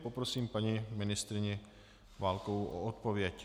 Poprosím paní ministryni Válkovou o odpověď.